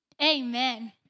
Amen